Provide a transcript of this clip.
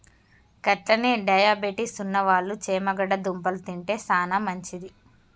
గట్లనే డయాబెటిస్ ఉన్నవాళ్ళు చేమగడ్డ దుంపలు తింటే సానా మంచిది